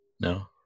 No